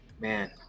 Man